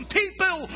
people